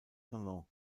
salon